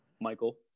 michael